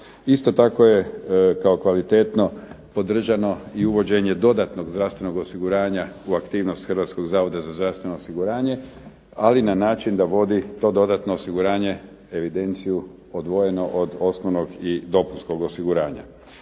Isto tako je kao kvalitetno podržano i uvođenje dodatnog zdravstvenog osiguranja u aktivnost Hrvatskog zavoda za zdravstveno osiguranje, ali na način da vodi to dodatno osiguranje evidenciju odvojeno od osnovnog i dopunskog osiguranja.